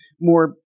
more